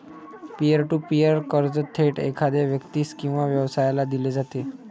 pier to peer कर्ज थेट एखाद्या व्यक्तीस किंवा व्यवसायाला दिले जाते